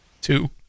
Two